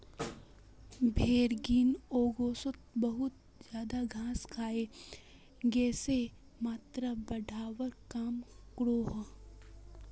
भेड़ ग्रीन होउसोत बहुत ज्यादा घास खाए गसेर मात्राक बढ़वार काम क्रोह